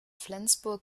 flensburg